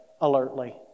alertly